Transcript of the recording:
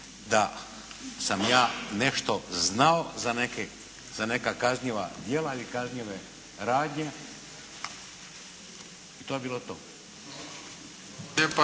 da sam ja nešto znao za neka kažnjiva djela ili kažnjive radnje i to bi bilo to.